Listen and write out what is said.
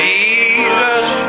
Jesus